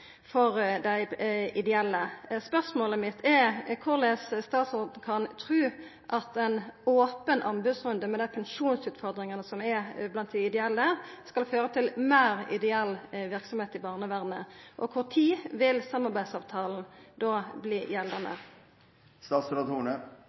for dei ideelle organisasjonane. Spørsmåla mine er: Korleis kan statsråden tru at ein open anbodsrunde med dei pensjonsutfordringane som er blant dei ideelle, skal føra til meir ideell verksemd i barnevernet? Når vil samarbeidsavtalen verta gjeldande?